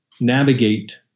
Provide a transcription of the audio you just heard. navigate